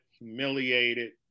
humiliated